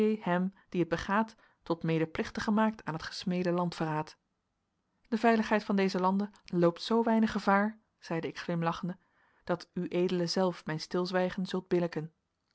hem die het begaat tot medeplichtige maakt aan het gesmede landverraad de veiligheid van dezen lande loopt zoo weinig gevaar zeide ik glimlachende dat ued zelf mijn stilzwijgen zult